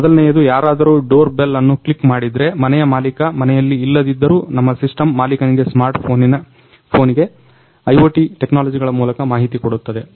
ಮೊದಲನೆಯದು ಯಾರಾದರು ಡೋರ್ಬೆಲ್ ಅನ್ನು ಕ್ಲಿಕ್ ಮಾಡಿದ್ರೆ ಮನೆಯ ಮಾಲಿಕ ಮನೆಯಲ್ಲಿ ಇಲ್ಲದಿದ್ದರೂ ನಮ್ಮ ಸಿಸ್ಟಮ್ ಮಾಲಿಕನಿಗೆ ಸ್ಮಾರ್ಟ್ ಫೋನಿಗೆ IoT ಟೆಕ್ನಾಲಜಿಗಳ ಮೂಲಕ ಮಾಹಿತಿ ಕೊಡಿತ್ತವೆ